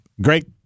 great